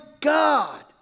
God